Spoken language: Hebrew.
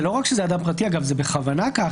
לא רק שזה אדם פרטי אלא זה בכוונה כך,